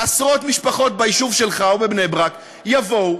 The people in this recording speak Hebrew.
עשרות משפחות ביישוב שלך או בבני-ברק, יבואו,